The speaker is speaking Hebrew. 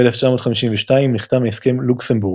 ב-1952 נחתם הסכם לוקסמבורג,